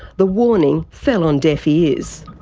the warning fell on deaf ears.